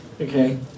Okay